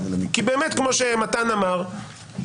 כי באמת כמו שמתן אמר,